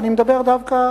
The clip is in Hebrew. ואני מדבר דווקא